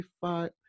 five